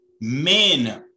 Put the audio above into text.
Men